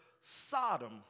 Sodom